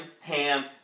Ham